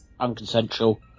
unconsensual